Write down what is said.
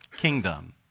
kingdom